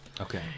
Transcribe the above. Okay